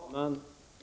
Fru talman!